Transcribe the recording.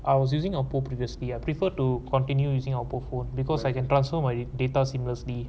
I was using a poor previously I prefer to continue using our phone because I can transfer data seamlessly